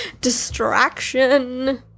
Distraction